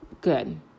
good